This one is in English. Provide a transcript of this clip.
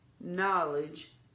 knowledge